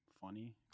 funny